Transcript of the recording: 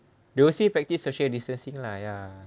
they will still practice social distancing lah ya